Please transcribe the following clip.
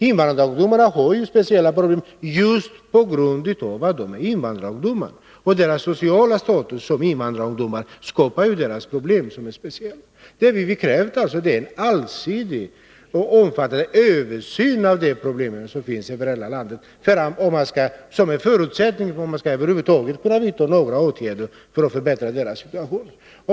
Invandrarungdomarna har ju speciella problem just på grund av att de är invandrarungdomar. Deras sociala status som invandrarungdomar skapar deras problem, som är speciella. Det vi krävt är alltså en allsidig och omfattande översyn av de problem som finns över hela landet, som en förutsättning för att man över huvud taget skall kunna vidta några åtgärder för att förbättra ungdomarnas situation.